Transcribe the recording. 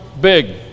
big